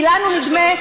כי לנו נדמה,